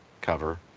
cover